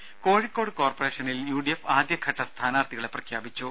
രംഭ കോഴിക്കോട് കോർപ്പറേഷനിൽ U D F ആദ്യഘട്ട സ്ഥാനാർഥികളെ പ്രഖ്യാപിച്ചു